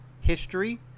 history